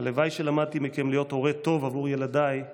הלוואי שלמדתי מכם להיות הורה טוב עבור ילדיי